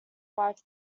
wife